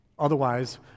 Otherwise